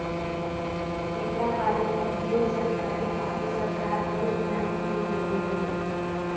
एकरा बारे में ढेर जानकारी खातिर सरकार हेल्पलाइन भी देले बिया